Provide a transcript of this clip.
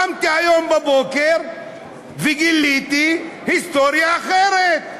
קמתי היום בבוקר וגיליתי היסטוריה אחרת,